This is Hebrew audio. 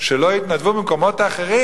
שלא יתנדבו במקומות אחרים,